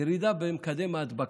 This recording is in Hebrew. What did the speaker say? ירידה במקדם ההדבקה.